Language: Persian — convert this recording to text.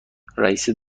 رئیس